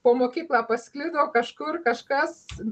po mokyklą pasklido kažkur kažkas